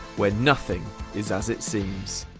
where nothing is as it seems!